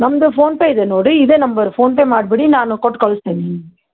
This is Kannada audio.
ನಮ್ಮದು ಫೋನ್ ಪೇ ಇದೆ ನೋಡಿ ಇದೆ ನಂಬರ್ ಫೋನ್ ಪೇ ಮಾಡಿಬಿಡಿ ನಾನು ಕೊಟ್ಟು ಕಳಿಸ್ತೇನೆ ನಿಮಗೆ